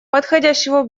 подходящего